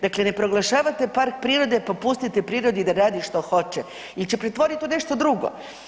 Dakle, ne proglašavate park prirode pa pustite prirodi da radi što hoće jer će pretvoriti u nešto drugo.